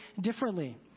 differently